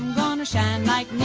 gonna shine like